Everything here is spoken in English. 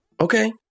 Okay